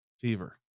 fever